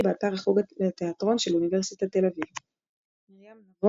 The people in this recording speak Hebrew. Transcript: באתר החוג לתיאטרון של אוניברסיטת תל אביב מרים נבו,